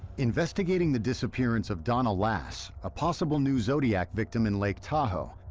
investigating the disappearance of donna lass, a possible new zodiac victim in lake tahoe,